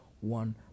one